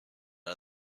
out